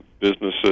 businesses